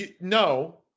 no